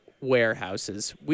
warehouses